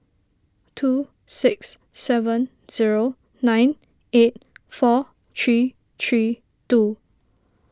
two six seven zero nine eight four three three two